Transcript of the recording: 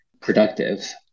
productive